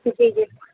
جی جی